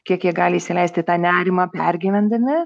kiek jie gali įsileisti tą nerimą pergyvendami